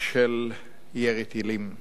של ירי טילים.